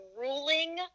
ruling